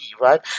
right